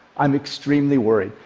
i'm extremely worried.